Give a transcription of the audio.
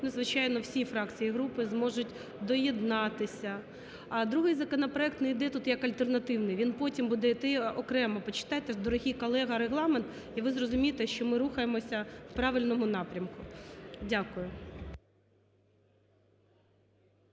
Звичайно, всі фракції і групи зможуть доєднатися. А другий законопроект не іде тут як альтернативний, він потім буде іти окремо, почитайте, дорогий колега, Регламент і ви зрозумієте, що ми рухаємося в правильному напрямку. Дякую.